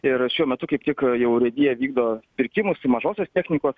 ir šiuo metu kaip tik jau urėdija vykdo pirkimus i mažosios technikos